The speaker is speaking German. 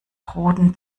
roten